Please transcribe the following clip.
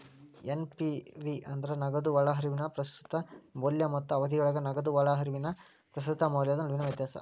NPV ಅಂದ್ರ ನಗದು ಒಳಹರಿವಿನ ಪ್ರಸ್ತುತ ಮೌಲ್ಯ ಮತ್ತ ಅವಧಿಯೊಳಗ ನಗದು ಹೊರಹರಿವಿನ ಪ್ರಸ್ತುತ ಮೌಲ್ಯದ ನಡುವಿನ ವ್ಯತ್ಯಾಸ